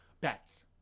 Bets